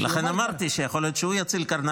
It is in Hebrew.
לכן אמרתי שיכול להיות שהוא יציל את קרנה